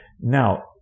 Now